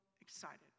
excited